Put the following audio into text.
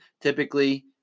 Typically